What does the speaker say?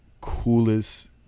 coolest